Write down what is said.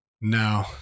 No